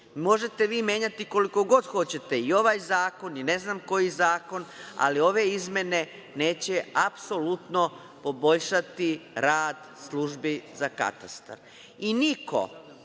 Možete vi menjati koliko god hoćete i ovaj zakon i ne znam koji zakon, ali ove izmene neće apsolutno poboljšati rad službi za katastar.